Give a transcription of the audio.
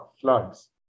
Floods